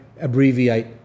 abbreviate